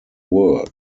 world